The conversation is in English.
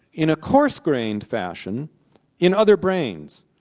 in a coarse-grained fashion in other brains,